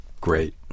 great